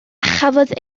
chafodd